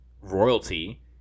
royalty